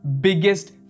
biggest